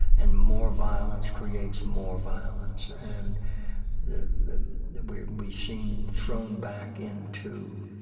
and more violence creates more violence, and we we seem thrown back into